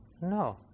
no